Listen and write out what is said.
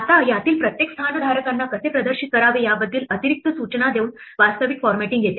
आता यातील प्रत्येक स्थानधारकांना कसे प्रदर्शित करावे याबद्दल अतिरिक्त सूचना देऊन वास्तविक फॉरमॅटींग येते